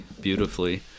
beautifully